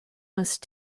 must